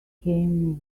came